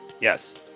Yes